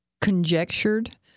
conjectured